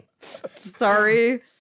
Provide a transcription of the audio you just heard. Sorry